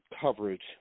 coverage